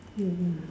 maybe